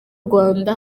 rwanda